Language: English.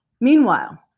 Meanwhile